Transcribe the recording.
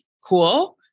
Cool